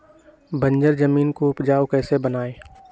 बंजर जमीन को उपजाऊ कैसे बनाय?